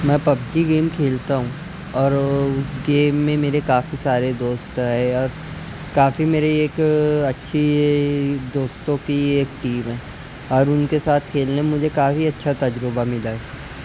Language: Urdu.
میں پبجی گیم کھیلتا ہوں اور اس گیم میرے کافی سارے دوست ہے اور کافی میرے ایک اچھی دوستوں کی ایک ٹیم ہے اور ان کے ساتھ کھیلنے میں مجھے کافی اچھا تجربہ ملا